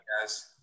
guys